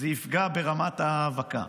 זה יפגע ברמת ההאבקה.